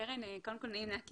קרן, קודם כל נעים להכיר.